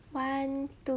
one two